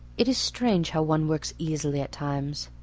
it is strange how one works easily at times.